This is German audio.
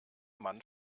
mann